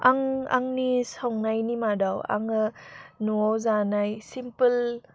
आं आंनि संनायनि मादाव आङो न'आव जानाय सिमपोल